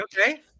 Okay